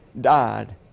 died